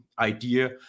idea